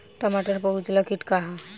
टमाटर पर उजला किट का है?